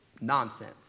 nonsense